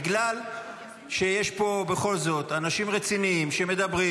בגלל שיש פה בכל זאת אנשים רציניים שמדברים,